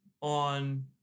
on